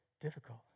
Difficult